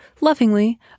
lovingly